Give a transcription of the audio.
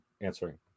answering